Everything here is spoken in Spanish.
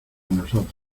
nosotros